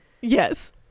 Yes